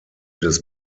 des